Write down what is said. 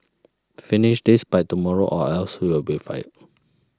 finish this by tomorrow or else you'll be fired